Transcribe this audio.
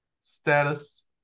status